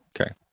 Okay